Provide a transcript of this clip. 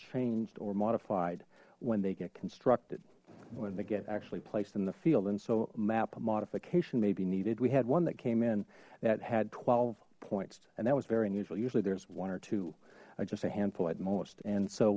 changed or modified when they get constructed when they get actually placed in the field and so map modification may be needed we had one that came in that had twelve points and that was very neutral usually there's one or two just a handful at most and so